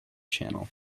channel